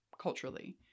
culturally